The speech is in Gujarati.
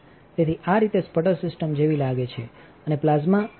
તેથી આ રીતે સ્પટર સિસ્ટમ જેવી લાગે છે અને પ્લાઝ્માઆર